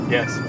Yes